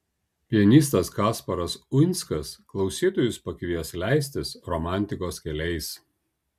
pianistas kasparas uinskas klausytojus pakvies leistis romantikos keliais